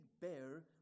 bear